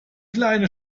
kleine